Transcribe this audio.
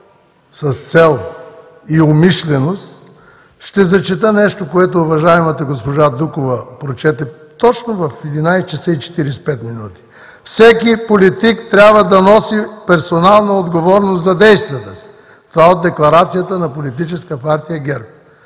с цел и умишленост. Ще зачета нещо, което уважаемата госпожа Дукова прочете точно в 11,45 ч. – „Всеки политик трябва да носи персонална отговорност за действията си“ – това е от декларацията на Политическа партия ГЕРБ.